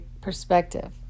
perspective